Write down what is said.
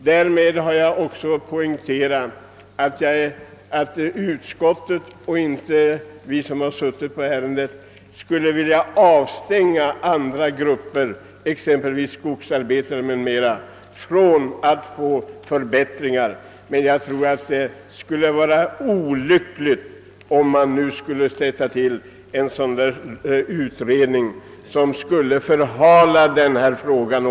Därmed har jag också poängterat att vi som i utskottet har sysslat med detta ärende inte skulle vilja avstänga andra grupper, exempelvis skogsarbetare från att få förbättringar, men jag tror det vore olyckligt att nu tillsätta en utredning, ty den skulle kunna förhala frågan.